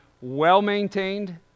well-maintained